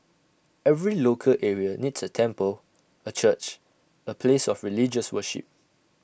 every local area needs A temple A church A place of religious worship